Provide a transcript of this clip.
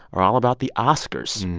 are all about the oscars.